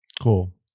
Cool